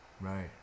Right